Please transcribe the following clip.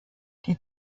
die